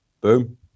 Boom